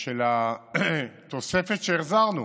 של התוספת שהחזרנו